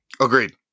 Agreed